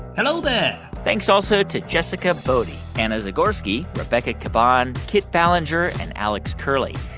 hello there thanks also to jessica boddy, anna zagorski, rebecca caban, kit ballenger and alex curley.